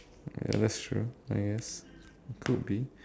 ya that's true I guess it could be